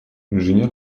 инженер